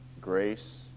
grace